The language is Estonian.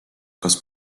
kas